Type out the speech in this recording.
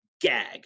gag